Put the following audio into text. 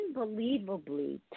unbelievably